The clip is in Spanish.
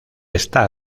está